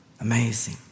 amazing